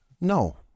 No